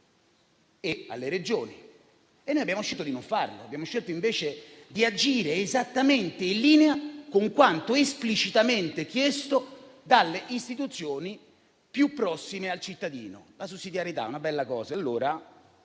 e alle Regioni, ma abbiamo scelto di non farlo: abbiamo scelto invece di agire esattamente in linea con quanto esplicitamente chiesto dalle istituzioni più prossime al cittadino. La sussidiarietà è una bella cosa